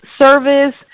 service